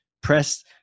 Press